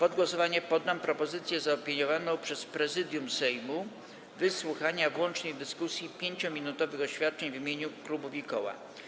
Pod głosowanie poddam propozycję zaopiniowaną przez Prezydium Sejmu wysłuchania w łącznej dyskusji 5-minutowych oświadczeń w imieniu klubów i koła.